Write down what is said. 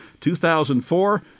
2004